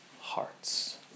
hearts